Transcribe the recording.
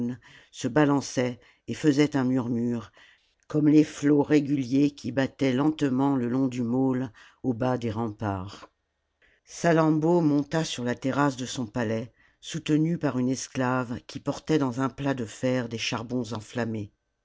se balançaient et faisaient un murmure comme les flots réguliers qui battaient lentement le long du môle au bas des remparts salammbô monta sur la terrasse de son palais soutenue par une esclave qui portait dans un plat de fer des charbons enflammés